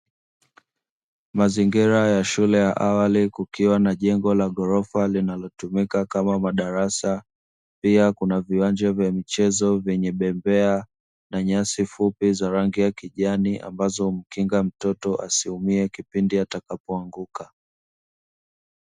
Mazingira ya shule ya awali kukiwa na jengo la ghorofa linalotumika kama madarasa, pia Kuna viwanja vya michezo vyenye bembea na nyasi fupi za rangi ya kijani ambazo humkinga mtoto asiume kipindi atakapo anguka.